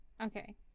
Okay